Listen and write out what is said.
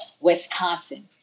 Wisconsin